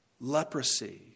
leprosy